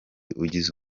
ugize